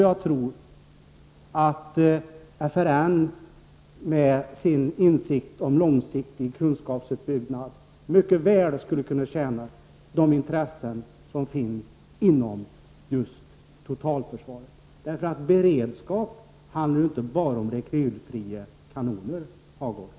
Jag tror att FRN med sin insikt om långsiktig kunskapsuppbyggnad mycket väl skulle kunna tjäna de intressen som finns inom totalförsvaret. Beredskap handlar ju inte bara om rekylfria kanoner, Birger Hagård.